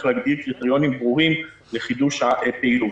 להגדיר קריטריונים ברורים לחידוש הפעילות,